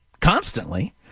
constantly